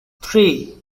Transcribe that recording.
three